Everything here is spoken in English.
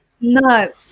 no